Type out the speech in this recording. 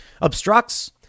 Obstructs